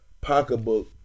pocketbook